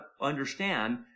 understand